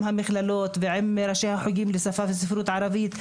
עם המכללות ועם ראשי החוגים לשפה וספרות ערבית,